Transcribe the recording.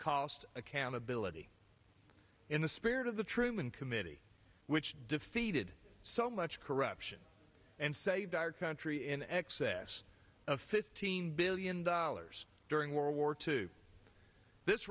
cost accountability in the spirit of the truman committee which defeated so much and saved our country in excess of fifteen billion dollars during world war two this